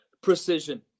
precision